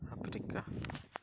Africa